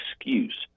excuse